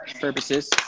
purposes